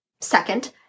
Second